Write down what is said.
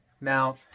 Now